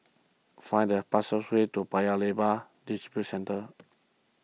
find the fastest way to Paya Lebar Districentre